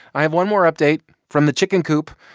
i have one more update from the chicken coop.